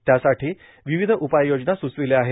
त्यासाठी विविध उपाययोजना सुचविल्या आहेत